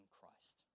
Christ